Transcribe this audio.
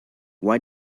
why